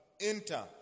enter